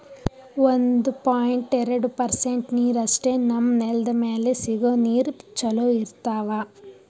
ಒಂದು ಪಾಯಿಂಟ್ ಎರಡು ಪರ್ಸೆಂಟ್ ನೀರಷ್ಟೇ ನಮ್ಮ್ ನೆಲ್ದ್ ಮ್ಯಾಲೆ ಸಿಗೋ ನೀರ್ ಚೊಲೋ ಇರ್ತಾವ